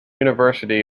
university